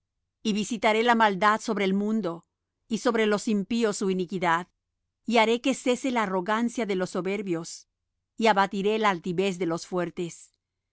y visitaré la maldad sobre el mundo y sobre los impíos su iniquidad y haré que cese la arrogancia de los soberbios y abatiré la altivez de los fuertes